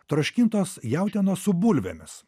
troškintos jautienos su bulvėmis